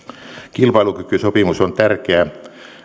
kilpailukykysopimus on tärkeä